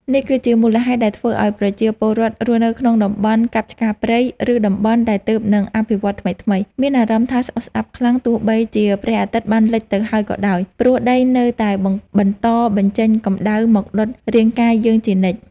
នេះគឺជាមូលហេតុដែលធ្វើឱ្យប្រជាពលរដ្ឋរស់នៅក្នុងតំបន់កាប់ឆ្ការព្រៃ ឬតំបន់ដែលទើបនឹងអភិវឌ្ឍថ្មីៗ មានអារម្មណ៍ថាស្អុះស្អាប់ខ្លាំងទោះបីជាព្រះអាទិត្យបានលិចទៅហើយក៏ដោយ ព្រោះដីនៅតែបន្តបញ្ចេញកម្ដៅមកដុតរាងកាយយើងជានិច្ច។